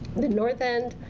the north end.